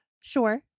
sure